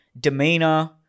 demeanor